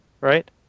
right